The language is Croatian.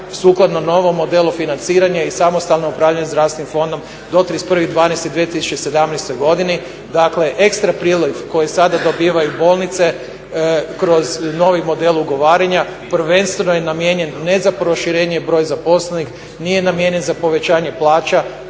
sukladno novom modelu financiranja i samostalnim upravljanjem zdravstvenim fondom do 31.12.2017. godine. Dakle, ekstra priljev koji sada dobivaju bolnice kroz novi model ugovaranja prvenstveno je namijenjen ne za proširenje i broj zaposlenih, nije namijenjen za povećanje plaća,